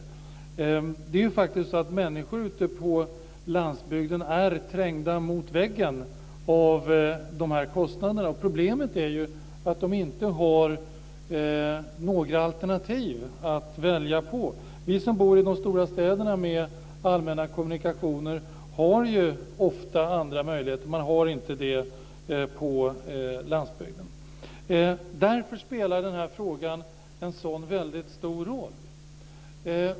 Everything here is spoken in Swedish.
Det är ju faktiskt så att människor ute på landsbygden är trängda mot väggen av dessa kostnader. Problemet är att de inte har några alternativ att välja mellan. Vi som bor i de stora städerna med allmänna kommunikationer har ju ofta andra möjligheter, men det har man inte på landsbygden. Därför spelar den här frågan en så väldigt stor roll.